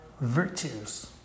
virtues